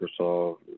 microsoft